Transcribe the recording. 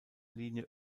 linie